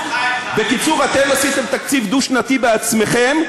אתם עשיתם תקציב דו-שנתי בעצמכם,